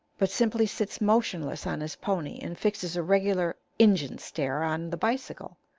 but simply sits motionless on his pony, and fixes a regular injun stare on the bicycle.